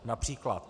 Například.